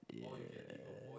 ya~